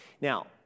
Now